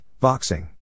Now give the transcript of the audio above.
boxing